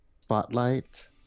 Spotlight